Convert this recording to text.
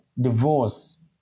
divorce